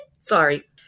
sorry